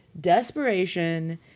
desperation